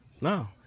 No